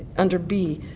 under b.